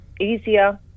easier